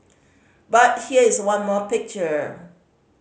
but here's one more picture